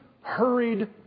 hurried